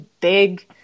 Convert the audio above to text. big